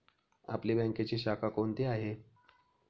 आपली बँकेची शाखा कोणती आहे